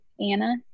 Anna